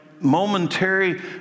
momentary